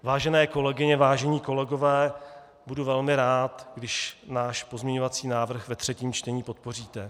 Vážené kolegyně, vážení kolegové, budu velmi rád, když náš pozměňovací návrh ve třetím čtení podpoříte.